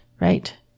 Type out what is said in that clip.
Right